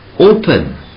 Open